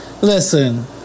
Listen